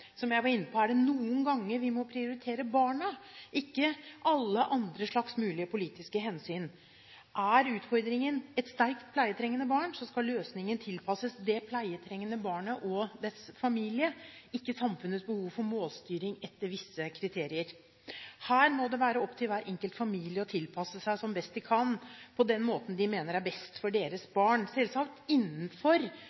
som jeg var inne på, er det noen ganger vi må prioritere barna, ikke alle andre slags mulige politiske hensyn. Er utfordringen et sterkt pleietrengende barn, skal løsningen tilpasses det pleietrengende barnet og dets familie, ikke samfunnets behov for målstyring etter visse kriterier. Her må det være opp til hver enkelt familie å tilpasse seg som best de kan, og på den måten de mener er best for deres